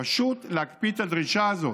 פשוט להקפיא את הדרישה הזאת,